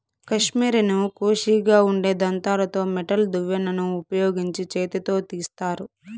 కష్మెరెను కోషిగా ఉండే దంతాలతో మెటల్ దువ్వెనను ఉపయోగించి చేతితో తీస్తారు